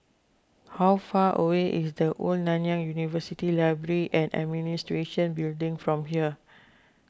how far away is the Old Nanyang University Library and Administration Building from here